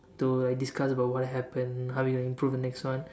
to like discuss about what happened how we gonna improve the next one